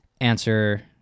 answer